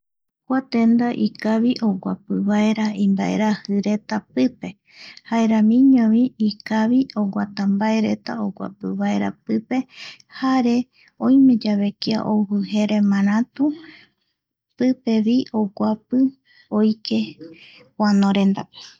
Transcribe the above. Kua tenda ikavi oguapi vaera imbaeraji reta pipe jaeramiñovi ikavi oguatambae reta oguaoivaera pipevi, jare oimeyave kia ojujere maratu pipevi oguapita oike poanorendape